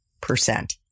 percent